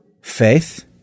faith